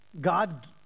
God